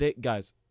guys